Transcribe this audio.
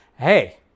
Hey